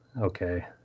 okay